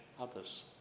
others